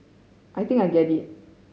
I think I get it